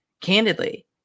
candidly